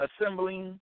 assembling